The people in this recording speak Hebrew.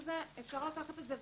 מהיר ניסינו לתקן את המעלית,